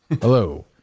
Hello